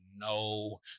No